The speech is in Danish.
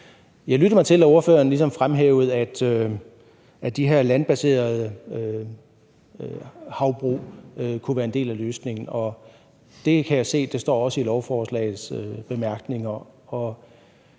Jeg lyttede mig til, at ordføreren ligesom fremhævede, at de her landbaserede havbrug kunne være en del af løsningen, og det kan jeg også se står i lovforslagets bemærkninger,